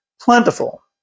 plentiful